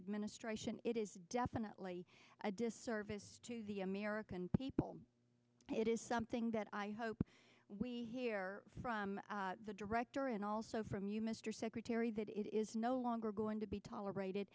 administration it is definitely a disservice to the american people it is something that i hope we hear from the director and also from you mr secretary that is no longer going to be tolerated